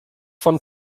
von